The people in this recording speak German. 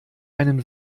einen